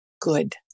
good